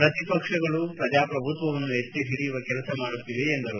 ಪ್ರತಿಪಕ್ಷಗಳು ಪ್ರಜಾಪ್ರಭುತ್ವವನ್ನು ಎತ್ತಿ ಹಿಡಿಯುವ ಕೆಲಸ ಮಾಡುತ್ತಿದೆ ಎಂದರು